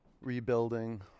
rebuilding